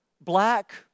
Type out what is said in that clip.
black